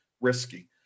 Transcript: risky